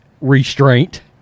restraint